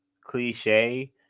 cliche